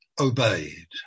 obeyed